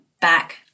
back